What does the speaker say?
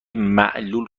معلول